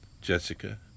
Jessica